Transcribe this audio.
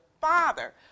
Father